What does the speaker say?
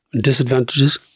Disadvantages